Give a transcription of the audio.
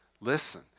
listen